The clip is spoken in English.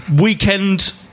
weekend